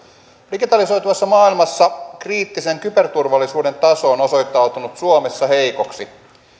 digitalisoituvassa maailmassa kriittisen kyberturvallisuuden taso on osoittautunut suomessa heikoksi